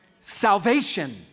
salvation